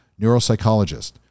neuropsychologist